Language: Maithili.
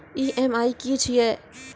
ई.एम.आई की छिये?